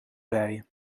wei